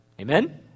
Amen